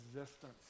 existence